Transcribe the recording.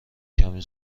کمی